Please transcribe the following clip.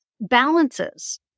balances